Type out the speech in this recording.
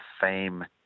fame